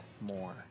more